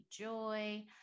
joy